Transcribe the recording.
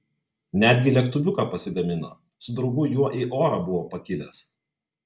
netgi lėktuviuką pasigamino su draugu juo į orą buvo pakilęs